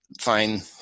fine